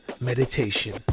Meditation